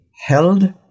held